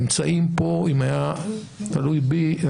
אם זה היה תלוי בי,